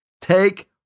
Take